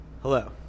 Hello